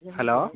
hello